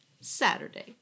Saturday